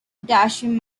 potassium